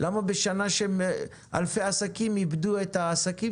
למה בשנה שאלפי עסקים איבדו את העסקים